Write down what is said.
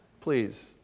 Please